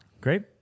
great